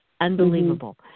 unbelievable